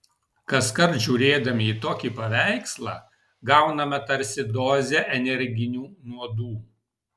kaskart žiūrėdami į tokį paveikslą gauname tarsi dozę energinių nuodų